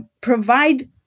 provide